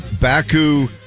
Baku